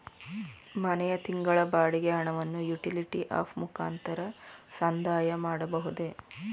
ಮನೆಯ ತಿಂಗಳ ಬಾಡಿಗೆ ಹಣವನ್ನು ಯುಟಿಲಿಟಿ ಆಪ್ ಮುಖಾಂತರ ಸಂದಾಯ ಮಾಡಬಹುದೇ?